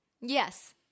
Yes